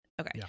Okay